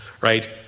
right